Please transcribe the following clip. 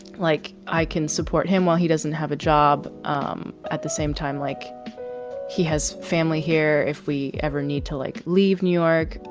like i can support him while he doesn't have a job um at the same time, like he has family here, if we ever need to, like, leave new york.